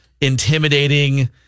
intimidating